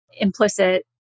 implicit